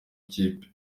ikipe